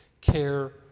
care